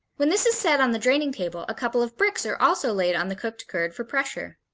when this is set on the draining table a couple of bricks are also laid on the cooked curd for pressure.